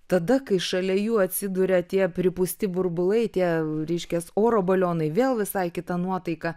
tada kai šalia jų atsiduria tie pripūsti burbulai tie reiškias oro balionai vėl visai kita nuotaika